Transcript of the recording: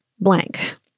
blank